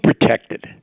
protected